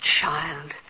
child